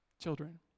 Children